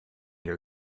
your